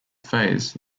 phase